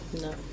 No